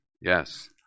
Yes